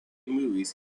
movies